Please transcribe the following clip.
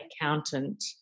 accountant